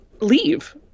leave